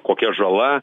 kokia žala